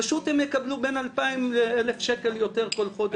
פשוט הן יקבלו בין 2,000 ל-1,000 שקל יותר כל חודש.